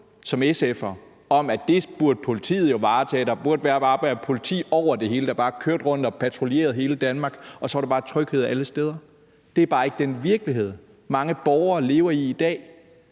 ambitioner om, at det burde politiet varetage, og at der bare burde være politi, der kørte rundt over det hele, og som patruljerede i hele Danmark, og at der så bare var tryghed alle steder. Det er bare ikke den virkelighed, mange borgere lever i i dag,